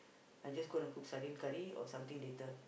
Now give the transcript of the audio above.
I just gonna cook sardine curry or something later